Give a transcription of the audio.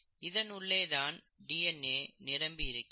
இதன் உள்ளே தான் டிஎன்ஏ நிரம்பி இருக்கிறது